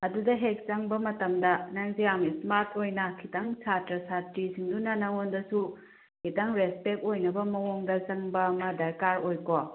ꯑꯗꯨꯗ ꯍꯦꯛ ꯆꯪꯕ ꯃꯇꯝꯗ ꯅꯪꯁꯦ ꯌꯥꯝ ꯏꯁꯃꯥꯔꯠ ꯑꯣꯏꯅ ꯈꯤꯇꯪ ꯁꯥꯇ꯭ꯔ ꯁꯥꯇ꯭ꯔꯤꯁꯤꯡꯗꯨꯅ ꯅꯉꯣꯟꯗꯁꯨ ꯈꯤꯇꯪ ꯔꯦꯁꯄꯦꯛ ꯑꯣꯏꯅꯕ ꯃꯑꯣꯡꯗ ꯆꯪꯕ ꯑꯃ ꯗꯔꯀꯥꯔ ꯑꯣꯏꯀꯣ